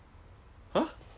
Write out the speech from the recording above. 是不是叫 Saoko